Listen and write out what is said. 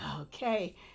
okay